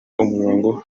umurongo